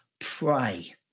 Pray